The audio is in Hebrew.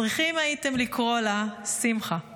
צריכים הייתם לקרוא לה שמחה.